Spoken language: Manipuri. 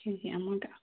ꯀꯦꯖꯤ ꯑꯃꯒ